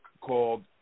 called